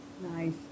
Nice